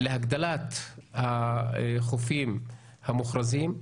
להגדלת החופים המוכרזים.